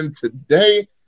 today